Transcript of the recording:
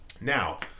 Now